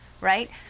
right